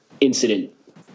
incident